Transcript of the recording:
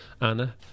Anna